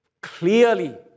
clearly